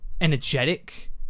energetic